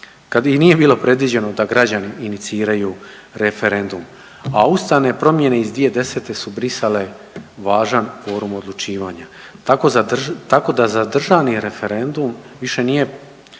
kad i nije bilo predviđeno da građani iniciraju referendum, a ustavne promjene iz 2010. su brisale važan kvorum odlučivanja. Tako da za državni referendum više nije